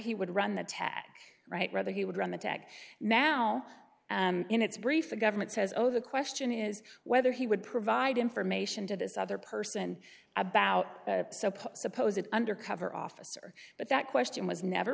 he would run the attack right whether he would run the tag now in its brief the government says oh the question is whether he would provide information to this other person about suppose that undercover officer but that question was never